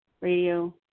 radio